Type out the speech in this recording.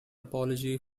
apology